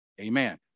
Amen